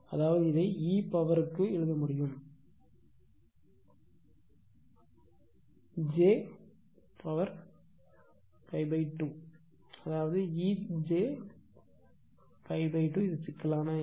அதாவது இதை e பவர்க்கு எழுத முடியும் j π 2 அதாவது e j π 2 இது சிக்கலான எண்